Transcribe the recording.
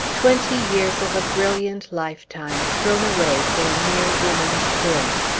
twenty years of a brilliant lifetime thrown away for a mere woman's whim!